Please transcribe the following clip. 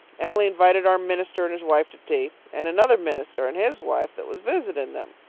emily invited our minister and his wife to tea, and another minister and his wife that was visiting them.